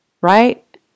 right